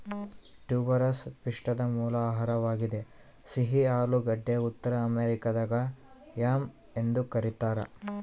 tuberous ಪಿಷ್ಟದ ಮೂಲ ಆಹಾರವಾಗಿದೆ ಸಿಹಿ ಆಲೂಗಡ್ಡೆ ಉತ್ತರ ಅಮೆರಿಕಾದಾಗ ಯಾಮ್ ಎಂದು ಕರೀತಾರ